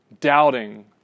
doubting